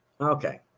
Okay